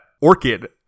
orchid